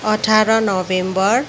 अठार नोभेम्बर